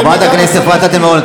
חברת הכנסת אפרת רייטן מרום,